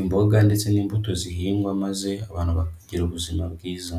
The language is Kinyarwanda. imboga ndetse n'imbuto zihingwa maze abantu bakagira ubuzima bwiza.